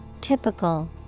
typical